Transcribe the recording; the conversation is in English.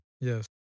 yes